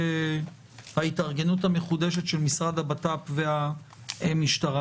ההתארגנות המחודשת של המשרד לבט"פ והמשטרה.